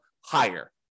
higher